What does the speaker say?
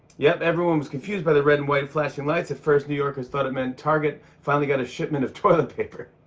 yep, everyone was confused by the red-and-white flashing lights. at first, new yorkers thought it meant target finally got a shipment of toilet paper.